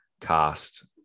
cast